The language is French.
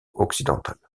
occidental